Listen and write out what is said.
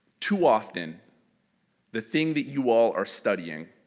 too often the thing that you all are studying,